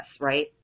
right